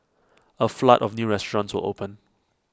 A flood of new restaurants open